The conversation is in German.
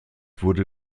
wurde